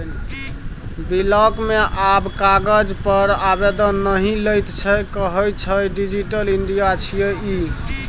block मे आब कागज पर आवेदन नहि लैत छै कहय छै डिजिटल इंडिया छियै ई